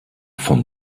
vom